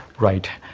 right.